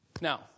Now